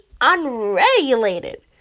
unregulated